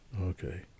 Okay